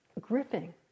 gripping